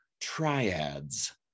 triads